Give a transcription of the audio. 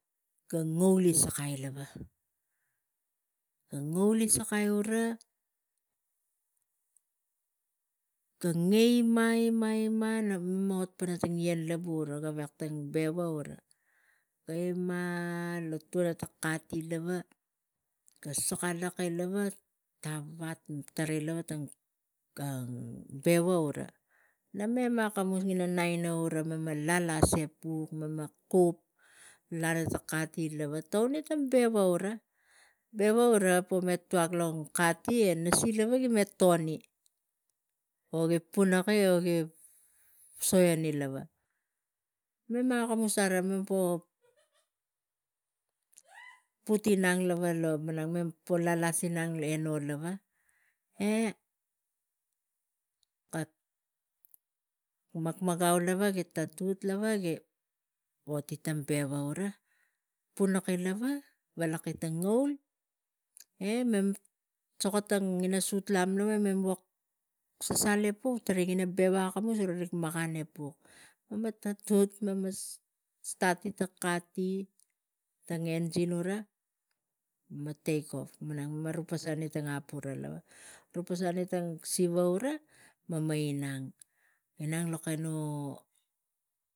Ga ngouli sakaitang ien ga ngouli sakai ura ga ngei ina ina e na naga ot pana tang ien lavu gura gavek tang beva gura ga ima lo tuana ina kati lava ga suka laki lava ga mat tarai lava gang epuk e mema kup laring sa kati touni tang beva lakos e gura beva ga pome tuak lo tang kati e nasi lava gi tani o gi ponaki wo rik su ani lava mem akamus ara mem put inang lo po lalas ina eno lava e kak makmak gau lava tut lava gi oti tang beva ura punaki lava valaki tang ngoul e mem suka tangin sutlam vo mem buk sasai epuk tarai tang beva akamus garai van e puk mema tut stati tang kati tang engine gura e mema take off. Ri tang hap gura tuk pasali tang siva ara mema inang, inang kanu nganu ga ngouli sakai alu